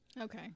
Okay